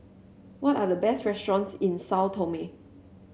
what are the best restaurants in Sao Tome